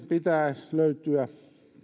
pitää löytyä